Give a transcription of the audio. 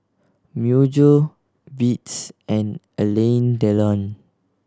Myojo Beats and Alain Delon